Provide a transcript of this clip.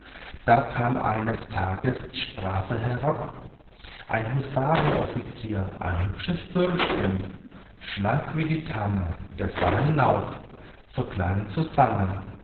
da kam eines tages die straße herab ein husarenoffizier ein hübsches bürschchen schlank wie die tanne der sah hinauf zur kleinen susanne